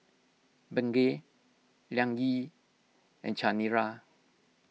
Bengay Liang Yi and Chanira